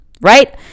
right